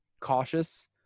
cautious